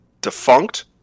defunct